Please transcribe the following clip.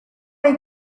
hay